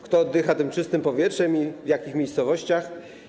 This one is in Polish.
Kto oddycha tym czystym powietrzem i w jakich miejscowościach?